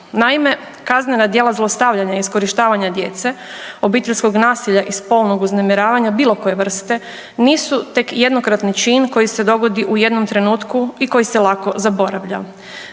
Naime, kaznena djela zlostavljanja i iskorištavanja djece obiteljskog nasilja i spolnog uznemiravanja bilo koje vrste nisu tek jednokratni čin koji se dovodi u jednom trenutku i koji se lako zaboravlja,